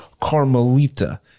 Carmelita